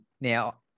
Now